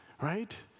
right